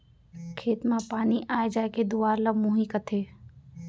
खेत म पानी आय जाय के दुवार ल मुंही कथें